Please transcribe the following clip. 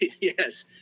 yes